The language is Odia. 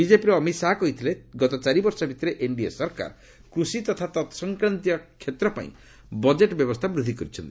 ବିଜେପିର ଅମିତ ଶାହା କହିଥିଲେ ଗତ ଚାରିବର୍ଷ ଭିତରେ ଏନ୍ଡିଏ ସରକାର କୃଷି ତଥା ତତ୍ସଂକ୍ରାନ୍ତୀୟ କ୍ଷେତ୍ର ପାଇଁ ବଜେଟ୍ ବ୍ୟବସ୍ଥା ବୃଦ୍ଧି କରିଛନ୍ତି